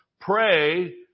Pray